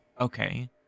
Okay